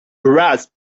grasp